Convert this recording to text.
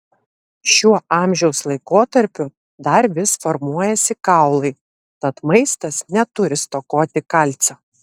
šiuo amžiaus laikotarpiu dar vis formuojasi kaulai tad maistas neturi stokoti kalcio